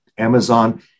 Amazon